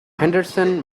henderson